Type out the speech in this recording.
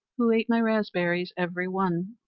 who ate my raspberries every one.